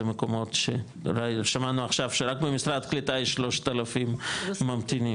זה מקומות ששמענו עכשיו שרק במשרד הקליטה יש 3,000 ממתינים.